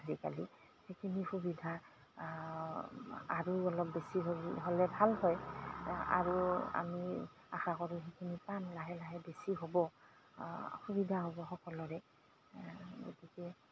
আজিকালি সেইখিনি সুবিধা আৰু অলপ বেছি হ'লে ভাল হয় আৰু আমি আশা কৰোঁ সেইখিনি পাম লাহে লাহে বেছি হ'ব সুবিধা হ'ব সকলোৰে গতিকে